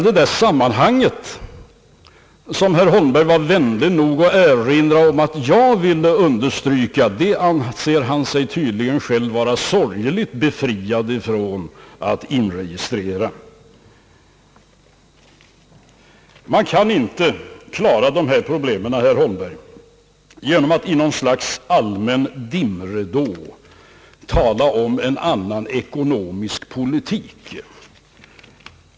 Det sammanhang, som herr Holmberg var vänlig nog att erinra om att jag ville understryka, anser han sig tydligen själv vara sorgfälligt befriad ifrån att påpeka. Man kan inte, herr Holmberg, klara dessa problem genom att i någon slags allmän dimridå tala om »en annan ekonomisk politik».